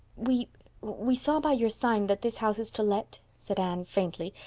we we saw by your sign that this house is to let, said anne faintly,